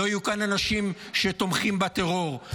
לא יהיו כאן אנשים שתומכים בטרור,